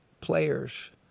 players